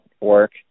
work